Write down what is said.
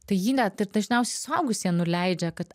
tai jį net ir dažniausiai suaugusieji nuleidžia kad